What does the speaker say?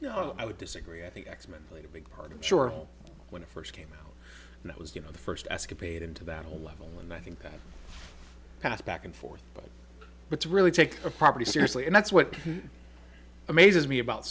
you know i would disagree i think x men played a big part in sure when it first came out and it was you know the first escapade into that whole level and i think that kind of back and forth but to really take the property seriously and that's what amazes me about